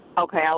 Okay